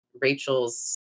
rachel's